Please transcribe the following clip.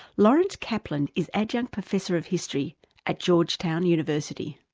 lawrence kaplan is adjunct professor of history at georgetown university.